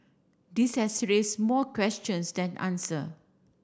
this has raised more questions than answer